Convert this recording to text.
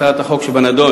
הצעת החוק שבנדון,